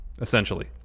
essentially